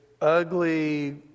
ugly